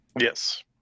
Yes